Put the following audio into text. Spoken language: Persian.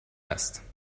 هست